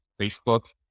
Facebook